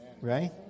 right